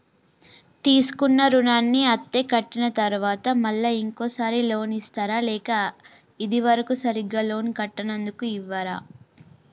తీసుకున్న రుణాన్ని అత్తే కట్టిన తరువాత మళ్ళా ఇంకో సారి లోన్ ఇస్తారా లేక ఇది వరకు సరిగ్గా లోన్ కట్టనందుకు ఇవ్వరా?